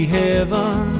heaven